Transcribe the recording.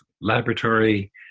laboratory